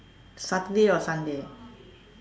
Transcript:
Saturday or Sunday